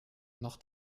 noch